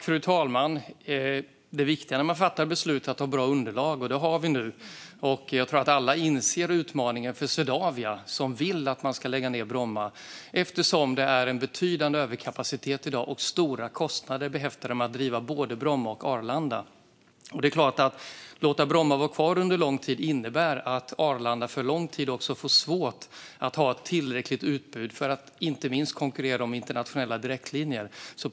Fru talman! Det viktiga när man fattar beslut är att ha bra underlag, och det har vi nu. Jag tror att alla inser utmaningen för Swedavia, som vill att man ska lägga ned Bromma eftersom det i dag finns en betydande överkapacitet, och stora kostnader är behäftade med att driva både Bromma och Arlanda. Att låta Bromma vara kvar under lång tid innebär att Arlanda under lång tid också får svårt att ha ett tillräckligt utbud för att inte minst konkurrera om internationella direktlinjer.